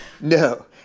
No